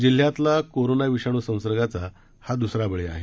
जिल्हातला corona विषाणू संसर्गाचा हा द्सरा बळी आहे